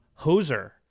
Hoser